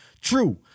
True